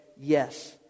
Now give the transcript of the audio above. yes